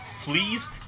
fleas